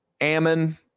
Ammon